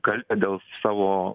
kaltę dėl savo